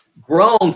grown